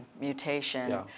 mutation